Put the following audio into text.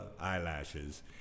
eyelashes